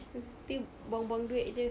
nanti buang buang duit jer